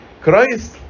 Christ